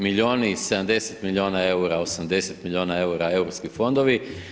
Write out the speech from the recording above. Milijun i 70 milijuna eura, 80 milijuna eura, europski fondovi.